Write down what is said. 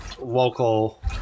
local